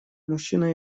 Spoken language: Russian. мужчина